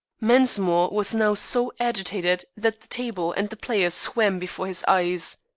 mensmore was now so agitated that the table and the players swam before his eyes.